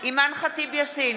אימאן ח'טיב יאסין,